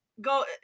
go